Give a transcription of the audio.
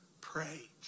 pray